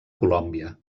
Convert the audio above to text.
colòmbia